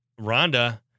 Rhonda